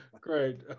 Great